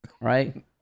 right